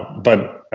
but,